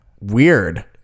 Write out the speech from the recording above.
Weird